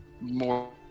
more